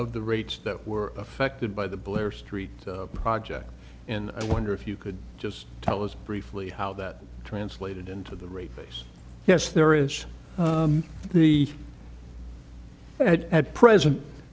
of the rates that were affected by the blair street project and i wonder if you could just tell us briefly how that translated into the rate base yes there is the at present